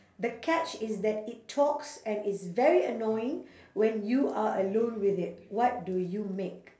the catch is that it talks and is very annoying when you are alone with it what do you make